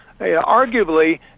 arguably